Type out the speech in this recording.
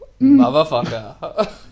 motherfucker